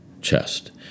chest